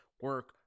Work